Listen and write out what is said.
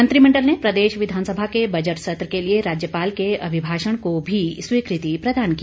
मंत्रिमंडल ने प्रदेश विधानसभा के बजट सत्र के लिए राज्यपाल के अभिभाषण को भी स्वीकृति प्रदान की